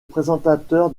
présentateur